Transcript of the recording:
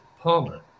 Palmer